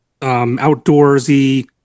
outdoorsy